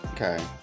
Okay